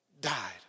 died